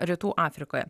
rytų afrikoje